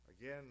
Again